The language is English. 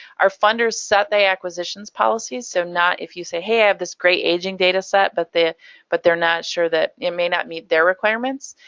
our funders set the acquisitions policies, so if you say, hey, i have this great aging data set but they're but they're not sure that. it may not meet their requirements,